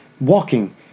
walking